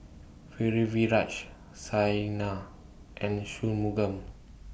Pritiviraj Saina and Shunmugam